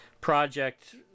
project